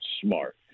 smart